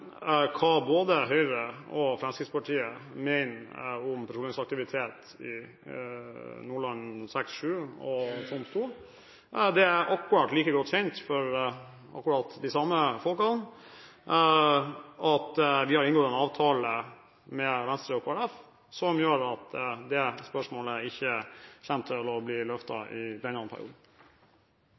hva både Høyre og Fremskrittspartiet mener om petroleumsaktivitet i Nordland VI, Nordland VII og Troms II. Det er akkurat like godt kjent for akkurat de samme folkene at vi har inngått en avtale med Venstre og Kristelig Folkeparti som gjør at det spørsmålet ikke kommer til å bli løftet i denne perioden.